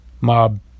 mob